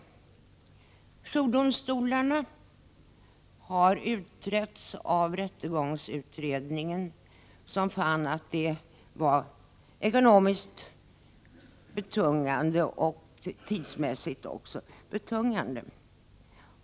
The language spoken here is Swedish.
Frågan om jourdomstolar har utretts av rättegångsutredningen, som fann att detta skulle vara ekonomiskt och tidsmässigt betungande.